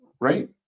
right